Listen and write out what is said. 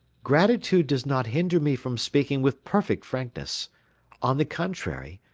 gratitude does not hinder me from speaking with perfect frankness on the contrary,